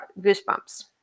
goosebumps